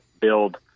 build